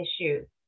issues